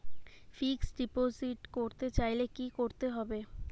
Fixed deposit করতে চাইলে কি করতে হবে?